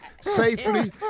safely